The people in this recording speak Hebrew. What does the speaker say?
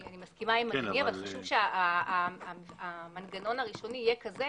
אני מסכימה עם אדוני אבל חשוב שהמנגנון הראשוני יהיה כזה